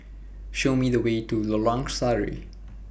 Show Me The Way to Lorong Sari